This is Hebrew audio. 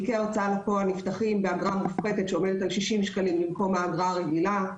תיקי ההוצאה לפועל נפתחים באגרה מופחתת של 60 שקלים במקום האגרה הרגילה,